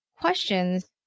questions